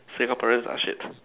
Singaporeans are shit